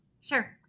Sure